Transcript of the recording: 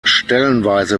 stellenweise